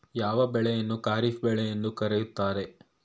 ಯಾವ ಬೆಳೆಯನ್ನು ಖಾರಿಫ್ ಬೆಳೆ ಎಂದು ಕರೆಯುತ್ತಾರೆ?